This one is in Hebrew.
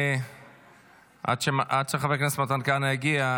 עד שחבר כנסת מתן כהנא יגיע,